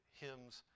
hymns